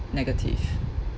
negative